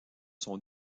sont